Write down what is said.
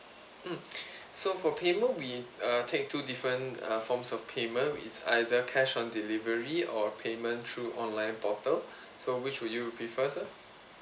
mm so for payment we uh take two different uh forms of payment it's either cash on delivery or payment through online portal so which would you prefers sir